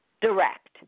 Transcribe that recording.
direct